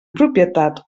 propietat